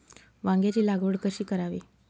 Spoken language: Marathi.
वांग्यांची लागवड कशी करावी?